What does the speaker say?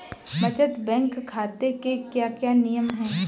बचत बैंक खाते के क्या क्या नियम हैं?